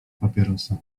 papierosa